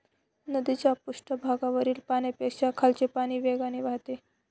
नदीच्या पृष्ठभागावरील पाण्यापेक्षा खालचे पाणी वेगाने वाहते